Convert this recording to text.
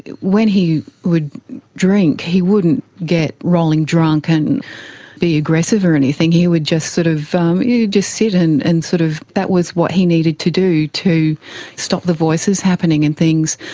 when he would drink he wouldn't get rolling drunk and be aggressive or anything, he would just sort of um you know just sit and and sort of that was what he needed to do to stop the voices happening and things.